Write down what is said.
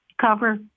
cover